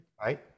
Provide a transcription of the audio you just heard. Right